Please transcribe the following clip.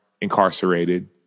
incarcerated